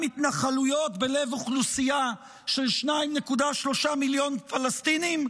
התנחלויות בלב אוכלוסייה של 2.3 מיליון פלסטינים?